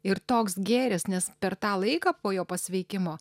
ir toks gėris nes per tą laiką po jo pasveikimo